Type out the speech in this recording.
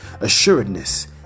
assuredness